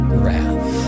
wrath